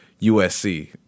USC